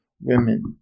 women